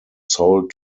sold